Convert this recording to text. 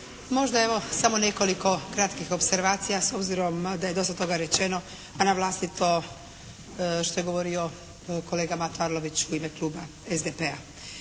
Možda evo, samo nekoliko kratkih opservacija s obzirom da je dosta toga rečeno a na vlastito što je govorio kolega Mato Arlović u ime klub SDP-a.